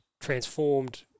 transformed